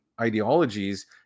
ideologies